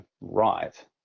right